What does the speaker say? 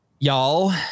Y'all